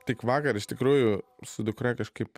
tik vakar iš tikrųjų su dukra kažkaip